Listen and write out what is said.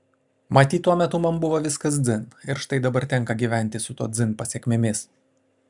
matyt tuo metu man buvo viskas dzin ir štai dabar tenka gyventi su to dzin pasekmėmis